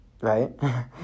Right